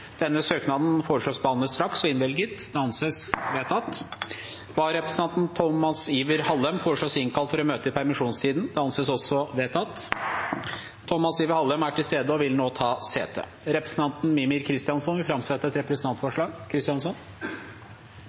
Tomas Iver Hallem , innkalles for å møte i permisjonstiden. Tomas Iver Hallem er til stede og vil ta sete. Representanten Mímir Kristjánsson vil framsette et representantforslag.